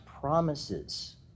promises